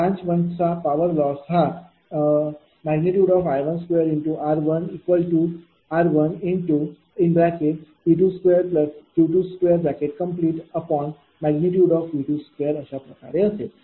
branch 1 च्या power loss हा I12r1r×P22Q2V22अशा प्रकारे असेल